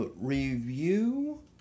review